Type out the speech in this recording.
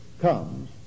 comes